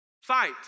Fight